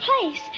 place